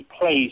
place